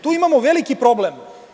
Tu imamo veliki problem.